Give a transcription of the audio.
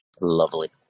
Lovely